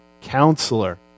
Counselor